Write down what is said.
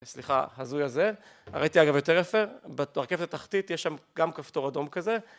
סליחה, הזוי הזה, ראיתי אגב יותר יפה, ברכבת התחתית יש שם גם כפתור אדום כזה.